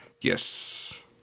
Yes